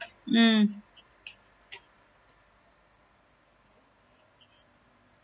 mm